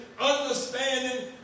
understanding